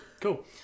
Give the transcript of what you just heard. Cool